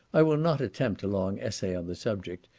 i will not attempt a long essay on the subject,